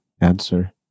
answer